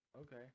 okay